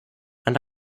and